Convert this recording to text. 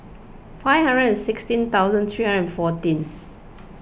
five hundred and sixteen thousand three hundred and fourteen